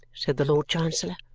said the lord chancellor.